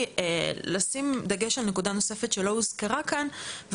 לשים דגש על נקודה נוספת שלא הוזכרה כאן,